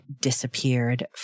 disappeared